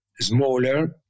smaller